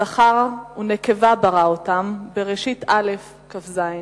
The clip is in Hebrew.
זכר ונקבה ברא אותם"; בראשית א', כ"ז.